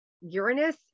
Uranus